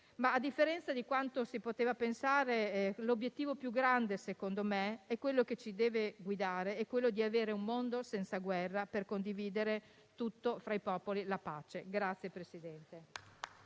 Ma, a differenza di quanto si poteva pensare, l'obiettivo più grande - secondo me - quello che ci deve guidare, è avere un mondo senza guerra, per condividere tutto fra i popoli, la pace.